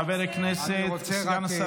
חבר הכנסת, סגן השר,